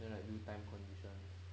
then like new time conditions